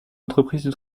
entreprises